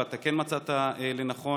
ואתה כן מצאת לנכון